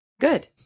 Good